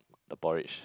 the porridge